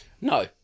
No